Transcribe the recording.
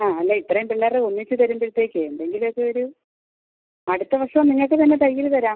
ആ അല്ല ഇത്രയും പിള്ളേരുടെ ഒന്നിച്ച് തരുമ്പോഴത്തേക്കേ എന്തെങ്കിലുമൊക്കെ ഒരു അടുത്ത വർഷം നിങ്ങൾക്ക് തന്നെ തയ്യൽ തരാം